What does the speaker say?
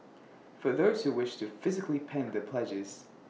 for those who wish to physically pen their pledges